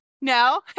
no